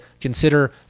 consider